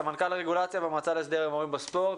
סמנכ"ל רגולציה במועצה להסדר ההימורים בספורט,